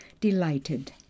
delighted